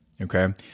Okay